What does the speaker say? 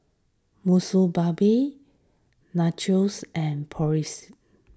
Monsunabe Nachos and Boris